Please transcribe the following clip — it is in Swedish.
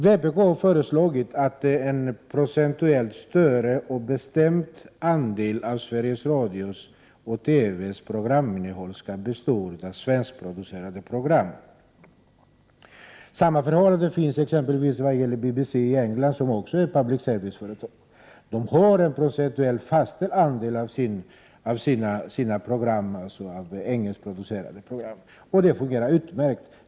Vpk har föreslagit att en procentuellt större och bestämd andel av Sveriges Radios och TV:s programinnehåll skall bestå av svenskproducerade program. Samma förhållande gäller för exempelvis BBC i England. Det är också ett public service-företag. Det företaget sänder en procentuellt bestämd andel engelskproducerade program. Det fungerar utmärkt.